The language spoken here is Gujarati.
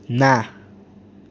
ના